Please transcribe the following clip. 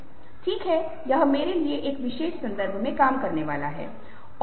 यह डर है फिर से आप उस खुली आँखों उभरी हुई भौहों को देखते हैं